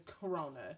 Corona